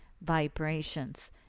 vibrations